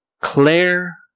Claire